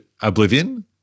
Oblivion